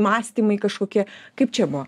mąstymai kažkokie kaip čia buvo